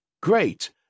great